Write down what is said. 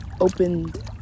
Opened